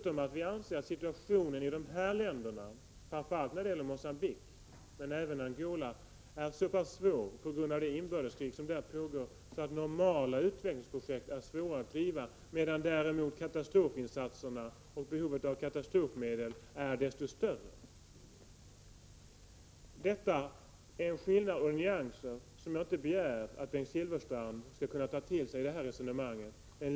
Vi anser också att situationen i de här länderna — framför allt i Mogambique men även i Angola — på grund av det inbördeskrig som pågår är så pass svår att normala utvecklingsprojekt är svåra att driva, medan däremot behovet av katastrofmedel är desto större. Detta är skillnader och nyanser som jag inte begär att Bengt Silfverstrand skall kunna ta till sig i resonemanget.